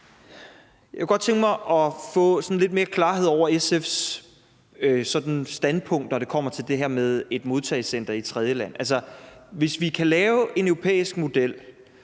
Jeg kunne godt tænke mig at få sådan lidt mere klarhed over SF's standpunkt, når det kommer til det her med et modtagecenter i et tredjeland. Hvis vi kan lave en europæisk model,